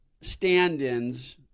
stand-ins